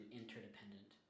interdependent